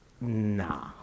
nah